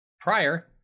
prior